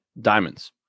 Diamonds